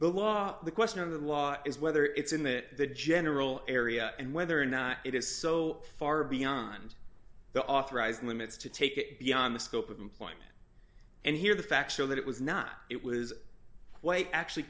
the law the question of the law is whether it's in that general area and whether or not it is so far beyond the authorized limits to take it beyond the scope of employment and here the facts show that it was not it was actually